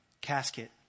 casket